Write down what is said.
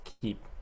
keep